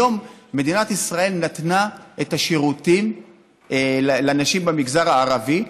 היום מדינת ישראל נתנה את השירותים לנשים במגזר הערבי.